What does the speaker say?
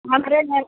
हमारे नए